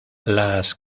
las